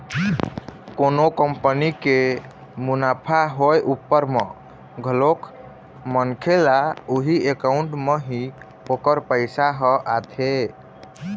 कोनो कंपनी के मुनाफा होय उपर म घलोक मनखे ल उही अकाउंट म ही ओखर पइसा ह आथे